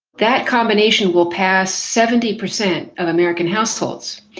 that combination will pass seventy percent of american households.